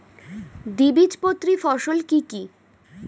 দ্বিবীজপত্রী ফসল কি কি?